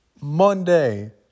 Monday